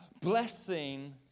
Blessing